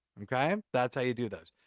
okay? that's how you do those.